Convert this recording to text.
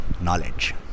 knowledge